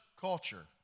culture